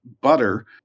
butter